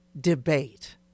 debate